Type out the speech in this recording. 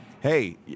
hey